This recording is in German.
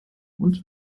und